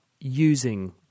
using